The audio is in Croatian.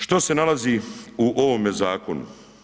Što se nalazi u ovome zakonu?